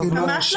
ממש לא.